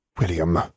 William